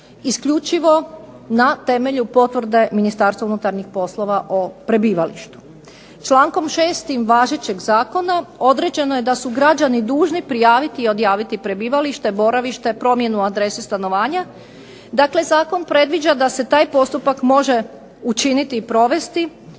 isključivo na temelju potvrde Ministarstva unutarnjih poslova o prebivalištu. Člankom 6. važećeg zakona određeno je da su građani dužni prijaviti i odjaviti prebivalište, boravište, promjenu adrese stanovanja. Dakle zakon predviđa da se taj postupak može učiniti i provesti